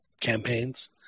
campaigns